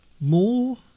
more